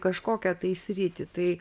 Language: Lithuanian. kažkokią tai sritį tai